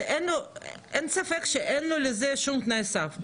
שאין ספק שאין לו לזה שום תנאי סף,